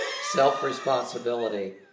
self-responsibility